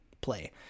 play